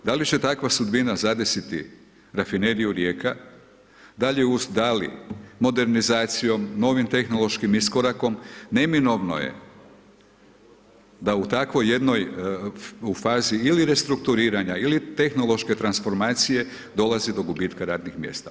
Da li će takva sudbina zadesiti rafineriju Rijeka, da li modernizacijom, novim tehnološkim iskorakom, neminovno je da u takvoj jednoj, u fazi ili restrukturiranja ili tehnološke transformacije, dolazi do gubitka radnih mjesta.